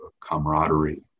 camaraderie